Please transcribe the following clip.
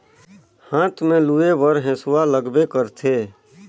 हाथ में लूए बर हेसुवा लगबे करथे